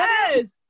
Yes